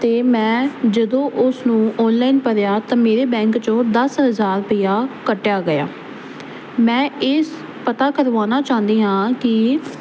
ਅਤੇ ਮੈਂ ਜਦੋਂ ਉਸਨੂੰ ਆਨਲਾਈਨ ਭਰਿਆ ਤਾਂ ਮੇਰੇ ਬੈਂਕ 'ਚੋਂ ਦਸ ਹਜ਼ਾਰ ਰੁਪਇਆ ਕੱਟਿਆ ਗਿਆ ਮੈਂ ਇਸ ਪਤਾ ਕਰਵਾਉਣਾ ਚਾਹੁੰਦੀ ਹਾਂ ਕਿ